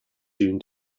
soon